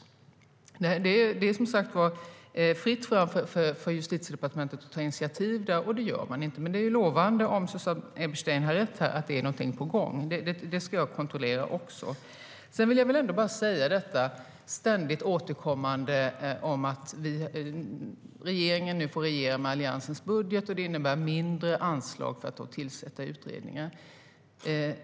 Det är som sagt fritt fram för Justitiedepartementet att ta initiativ där. Det gör man inte. Men det är ju lovande om Susanne Eberstein har rätt i att det är på gång. Det ska jag kontrollera. Jag vill säga något om detta ständigt återkommande att regeringen nu får regera med Alliansens budget och att det innebär mindre anslag för att tillsätta utredningar.